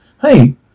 Hey